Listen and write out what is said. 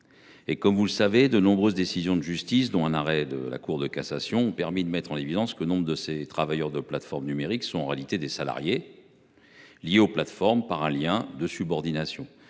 activités. Vous le savez, plusieurs décisions de justice, dont un arrêt de la Cour de cassation, ont permis de mettre en évidence le fait que nombre de ces travailleurs de plateformes numériques sont en réalité des salariés, liés aux plateformes par un lien de subordination.